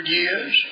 years